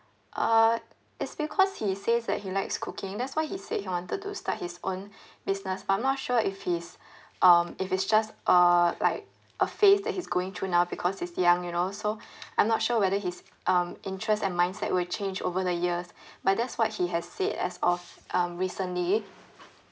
uh it's because he says that he likes cooking that's why he said he wanted to start his own business but I'm not sure if he's um if it's just uh like a phase that he's going through now because he's young you know so I'm not sure whether his um interest and mindset will change over the years but that's what he has said as of uh recently